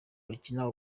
bakina